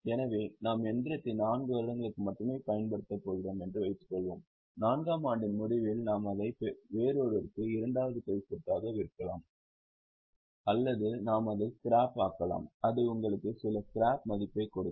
எனவே நாம் இயந்திரத்தை 4 வருடங்களுக்கு மட்டுமே பயன்படுத்தப் போகிறோம் என்று வைத்துக்கொள்வோம் நான்காம் ஆண்டின் முடிவில் நாம் அதை வேறொருவருக்கு இரண்டாவது கை சொத்தாக விற்கலாம் அல்லது நாம் அதைத் ஸ்கிராப் ஆக்கலாம் அது உங்களுக்கு சில ஸ்கிராப் மதிப்பைக் கொடுக்கும்